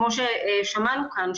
כמו ששמענו כאן,